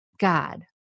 God